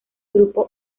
grupo